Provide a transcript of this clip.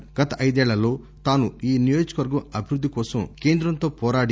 ఎంపీగా గత ఐదేళ్లలో తాను ఈ నియోజక వర్గం అభివృద్ది కోసం కేంద్రంతో పోరాడి